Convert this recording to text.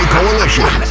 Coalition